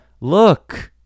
look